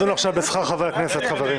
בואו נדון עכשיו בשכר חברי הכנסת, חברים.